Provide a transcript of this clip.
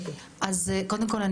קודם כול,